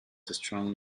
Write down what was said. strong